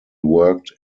worked